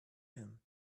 him